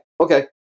okay